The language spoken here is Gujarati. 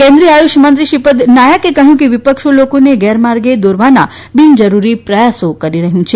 કેન્દ્રીય આયુષ મંત્રી શ્રીપદ નાઇકે કહયું કે વિપક્ષો લોકોને ગેરમાર્ગે દોરવાના બિનજરૂરી પ્રયાસો કરી રહ્યાં છે